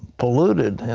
polluted.